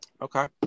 okay